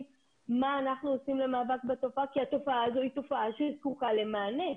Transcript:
מה אנחנו עושים במאבק בתופעה כי התופעה הזו היא תופעה שזקוקה ממענה.